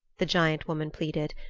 the giant woman pleaded.